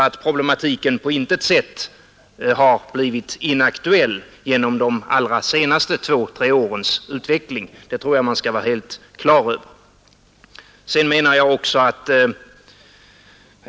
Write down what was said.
Att problematiken på intet sätt har blivit inaktuell till följd av de senaste två å tre årens utveckling tror jag att man skall vara helt klar över.